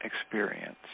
experience